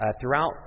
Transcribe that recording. throughout